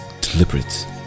deliberate